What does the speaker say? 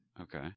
Okay